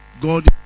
God